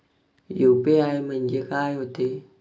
UPI म्हणजे का होते?